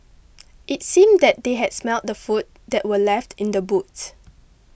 it seemed that they had smelt the food that were left in the boots